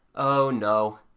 oh no.